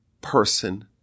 person